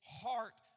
heart